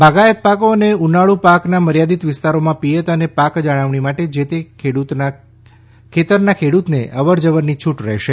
બાગાયત પાકો અને ઉતાળુ પાકના મર્યાદિત વિસ્તારોમાં પીયત અને પાક જાળવણી માટે જે તે ખેતરના ખેડુતોને અવર જવરની છુટ રહેશે